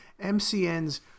MCNs